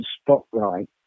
Spotlight